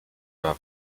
aber